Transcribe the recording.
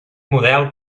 model